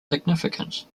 significance